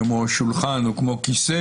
כמו שולחן או כמו כיסא,